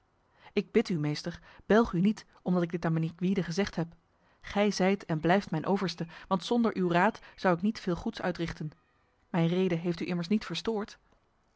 ik bid u meester belg u niet omdat ik dit aan mijnheer gwyde gezegd heb gij zijt en blijft mijn overste want zonder uw raad zou ik niet veel goeds uitrichten mijn rede heeft u immers niet verstoord